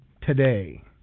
today